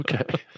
Okay